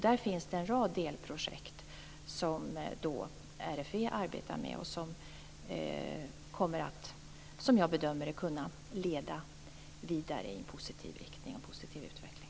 Där finns det en rad delprojekt som RFV arbetar med och som kommer att - som jag bedömer det - kunna leda vidare i en positiv riktning och till en positiv utveckling.